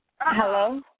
Hello